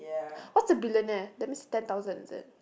what's a billionaire that means ten thousand is it